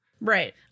Right